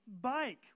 bike